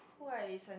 who I listen